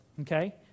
Okay